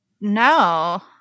No